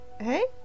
Hey